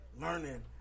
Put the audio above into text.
learning